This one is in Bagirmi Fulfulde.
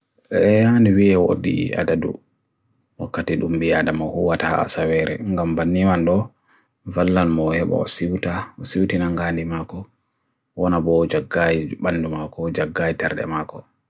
ʖe ʖan ʖweʖ ʖodʖ ʖadadu ʖukati ʖumbi ʖadamuhu ʖawata ʖasawere. ʖangam bani man do, ʖvalan mohe bo ʖosivuta ʖosivuti nanganimako. ʖona bo jagai banumako, jagai ter demako.